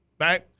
Right